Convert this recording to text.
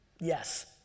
Yes